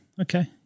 Okay